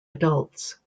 adults